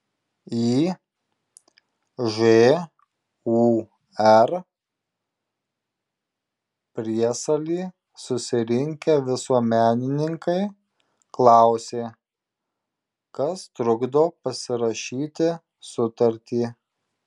į žūr priesalį susirinkę visuomenininkai klausė kas trukdo pasirašyti sutartį